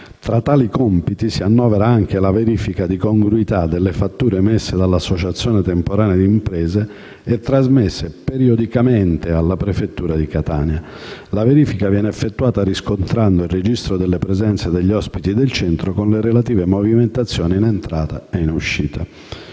Tra tali compiti si annovera anche la verifica di congruità delle fatture emesse dall'associazione temporanea di imprese e trasmesse periodicamente alla prefettura di Catania. La verifica viene effettuata riscontrando il registro delle presenze degli ospiti del centro con le relative movimentazioni in entrata e in uscita.